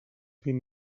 vint